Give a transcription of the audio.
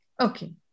Okay